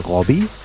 Robbie